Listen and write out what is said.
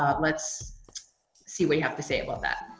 let's see what you have to say about that.